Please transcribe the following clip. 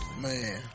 Man